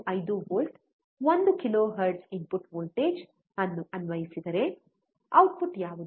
5 volt 1 ಕಿಲೋಹೆರ್ಟ್ಜ್ನ input voltage ಅನ್ನು ಅನ್ವಯಿಸಿದರೆ ಔಟ್ಪುಟ್ ಯಾವುದು